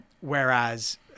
whereas